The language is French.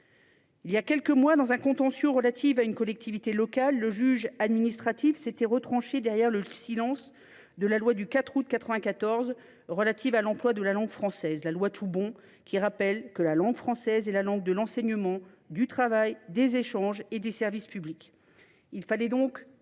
Voilà quelques mois, à l’occasion d’un contentieux concernant une collectivité locale, le juge administratif s’était retranché derrière le silence de la loi du 4 août 1994 relative à l’emploi de la langue française, qui dispose que la langue française est « la langue de l’enseignement, du travail, des échanges et des services publics